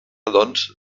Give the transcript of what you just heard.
doncs